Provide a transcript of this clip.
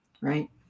right